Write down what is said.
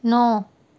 ਨੌਂ